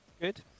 Good